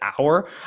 hour